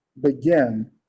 begin